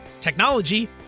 technology